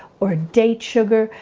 or date sugar.